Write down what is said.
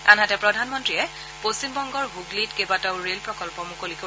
আনহাতে প্ৰধানমন্ত্ৰীয়ে পশ্চিমবংগৰ হুগলিত কেইবাটাও ৰে'ল প্ৰকল্প মুকলি কৰিব